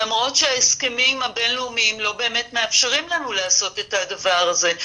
למרות שההסכמים הבין-לאומיים לא באמת מאפשרים לנו לעשות את הדבר הזה.